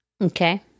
Okay